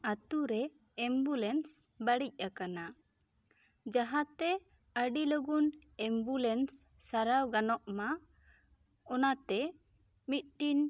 ᱟᱛᱳ ᱨᱮ ᱮᱢᱵᱩᱞᱮᱱᱥ ᱵᱟᱹᱲᱤᱡ ᱟᱠᱟᱱᱟ ᱡᱟᱦᱟᱸ ᱛᱮ ᱟᱹᱰᱤ ᱞᱚᱜᱚᱱ ᱮᱢᱵᱩᱞᱮᱱᱥ ᱥᱟᱨᱟᱣ ᱜᱟᱱᱚᱜ ᱢᱟ ᱚᱱᱟᱛᱮ ᱢᱤᱫ ᱴᱤᱱ